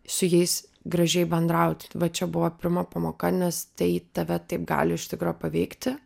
su jais gražiai bendrauti va čia buvo pirma pamoka nes tai tave taip gali iš tikro paveikti